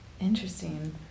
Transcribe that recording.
Interesting